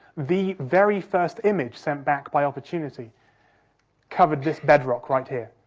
the very first image sent back by opportunity covered this bed rock right here.